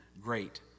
great